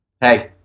Hey